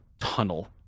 tunnel